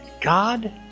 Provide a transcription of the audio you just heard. God